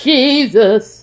Jesus